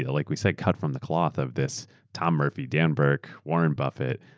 yeah like we say, cut from the cloth of this tom murphy, dan burke, warren buffett